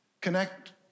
connect